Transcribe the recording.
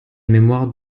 mémoire